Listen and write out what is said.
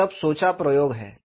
यह सब सोचा प्रयोग है